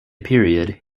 period